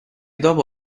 dopo